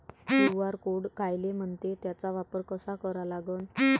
QR code कायले म्हनते, त्याचा वापर कसा करा लागन?